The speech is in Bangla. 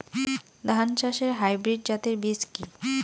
ধান চাষের হাইব্রিড জাতের বীজ কি?